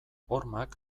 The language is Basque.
hormak